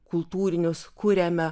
kultūrinius kuriame